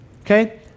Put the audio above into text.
okay